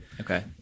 Okay